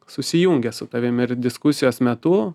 susijungia su tavimi ir diskusijos metu